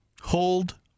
hold